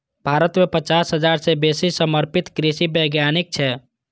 भारत मे पचास हजार सं बेसी समर्पित कृषि वैज्ञानिक छै